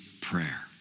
prayer